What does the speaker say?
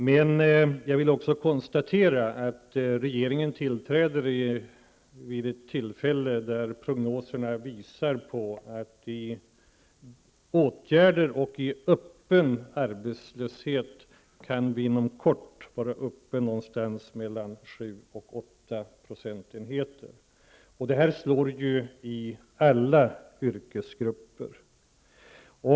Men jag vill konstatera att regeringen tillträdde vid ett tillfälle då prognoserna visade att andelen personer som är föremål för arbetsmarknadsåtgärder eller som är öppet arbetslösa inom kort kan vara ungefär 7--8 %. Det slår igenom i alla yrkesgrupper.